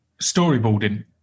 storyboarding